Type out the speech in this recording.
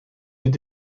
dit